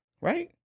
right